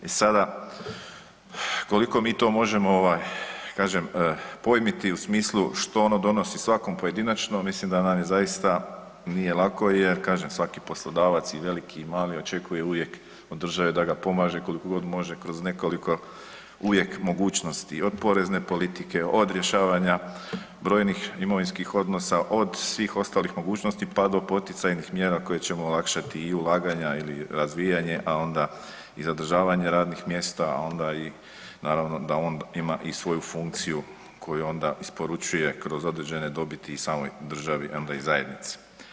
I sada koliko mi to možemo ovaj kažem pojmiti u smislu što ono donosi svakom pojedinačno mislim da nam zaista nije lako jer, kažem, svaki poslodavac i veliki i mali očekuje uvijek od države da ga pomaže koliko god može kroz nekoliko uvijek mogućnosti, od porezne politike, od rješavanja brojnih imovinskih odnosa, od svih ostalih mogućnosti, pa do poticajnih mjera koje ćemo olakšati i ulaganja ili razvijanje, a onda i zadržavanje radnih mjesta, a onda i naravno da on ima i svoju funkciju koju onda isporučuje kroz određene dobiti i samoj državi, a onda i zajednici.